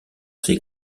ses